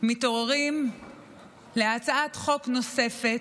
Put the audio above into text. ומתעוררים להצעת חוק נוספת,